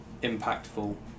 impactful